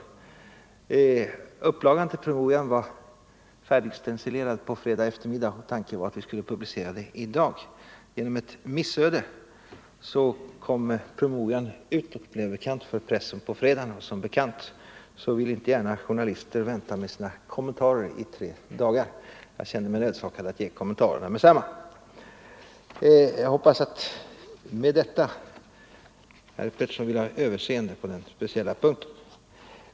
Upplagan till promemorian var färdigstencilerad i fredags eftermiddag, och tanken var att vi skulle publicera den i dag. Genom ett missöde kom promemorian ut och blev bekant för pressen på fredagen, och som bekant vill inte journalister gärna vänta med sina kommentarer i tre dagar. Jag kände mig därför nödsakad att ge mina kommentarer med detsamma. Jag hoppas, med hänvisning till detta, att herr Pettersson i Lund vill ha överseende på den speciella punkten.